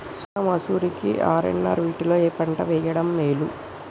సోనా మాషురి కి ఆర్.ఎన్.ఆర్ వీటిలో ఏ పంట వెయ్యడం మేలు?